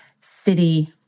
city